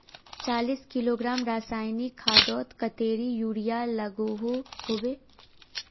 चालीस किलोग्राम रासायनिक खादोत कतेरी यूरिया लागोहो होबे?